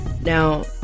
now